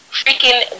freaking